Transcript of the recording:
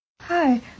hi